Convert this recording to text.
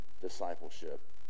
discipleship